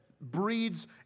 breeds